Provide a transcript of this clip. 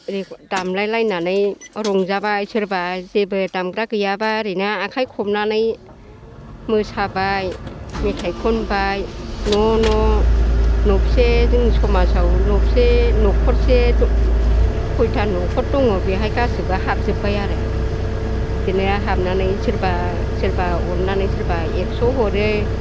दामलायलायनानै रंजाबाय सोरबा जेबो दामग्रा गैयाबा ओरैनो आखाय खबनानै मोसाबाय मेथाइ खनबाय न' न' न'बेसे जोंनि समाजाव न'बेसे न'खरसे खयथा न'खर दंङ बेवहाय गासिबो हाबजोब्बाय आरो बिदिनो हाबनानै सोरबा सोरबा अननानै सोरबा एकस' हरो